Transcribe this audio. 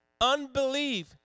unbelief